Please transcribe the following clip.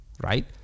right